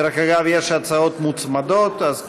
דרך אגב, יש הצעות מוצמדות, אז,